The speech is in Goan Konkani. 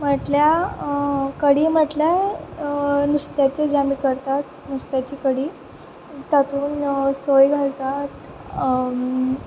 म्हटल्यार कडी म्हटल्यार नुस्त्याची जी आमी करतात नुस्त्याची कडी तातूंत सोय घालतात